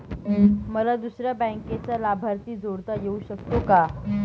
मला दुसऱ्या बँकेचा लाभार्थी जोडता येऊ शकतो का?